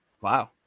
Wow